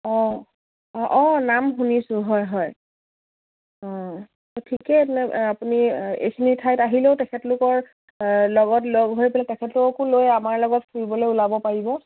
অঁ অঁ অঁ নাম শুনিছোঁ হয় হয় অঁ ঠিকেই আপুনি এইখিনি ঠাইত আহিলেও তেখেতলোকৰ লগত লগ হৈ পেলাই তেখেতলোককো লৈ আমাৰ লগত ফুৰিবলৈ ওলাব পাৰিব